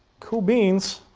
cool beans,